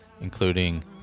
including